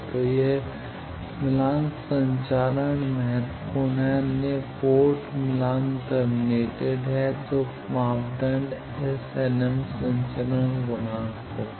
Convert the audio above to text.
तो यह मिलान संचारण महत्वपूर्ण है अन्य पोर्ट मिलान टर्मिनेटेड है तो मापदंड Snm संचारण गुणांक है